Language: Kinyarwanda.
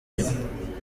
inyuma